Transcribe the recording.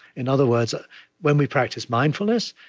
in other words, ah when we practice mindfulness,